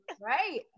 right